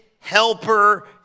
helper